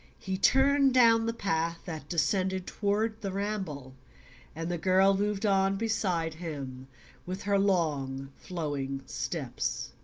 he turned down the path that descended toward the ramble and the girl moved on beside him with her long flowing steps.